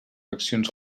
accions